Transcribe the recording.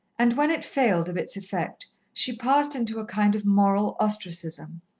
and when it failed of its effect she passed into a kind of moral ostracism.